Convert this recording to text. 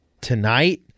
tonight